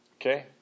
Okay